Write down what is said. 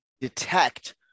detect